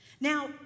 Now